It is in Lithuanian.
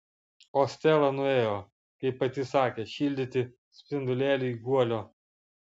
o stela nuėjo kaip pati sakė šildyti spindulėliui guolio